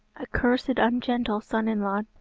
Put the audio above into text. a cursed ungentle son-in-law,